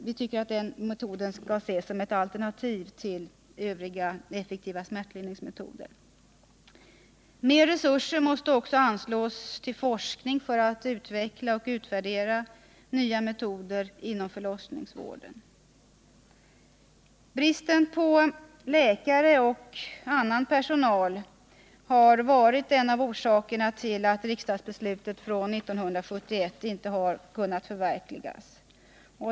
Vpk tycker att den metoden skall ses som ett alternativ till övriga effektiva smärtlindringsmetoder. Mer resurser måste också anslås till forskning för att utveckla och utvärdera nya metoder inom förlossningsvården. Bristen på läkare och annan personal har varit en av orsakerna till att riksdagsbeslutet från 1971 inte har kunnat förverkligas.